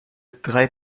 drei